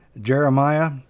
jeremiah